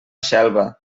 xelva